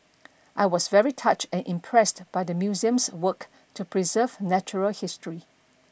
I was very touched and impressed by the museum's work to preserve natural history